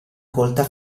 colta